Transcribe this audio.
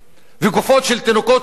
וגופות של תינוקות הוטלו.